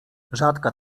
rzadka